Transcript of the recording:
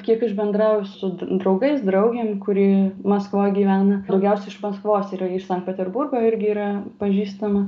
kiek aš bendrauju su draugais draugėm kuri maskvoj gyvena daugiausiai iš maskvos ir iš sankt peterburgo irgi yra pažįstama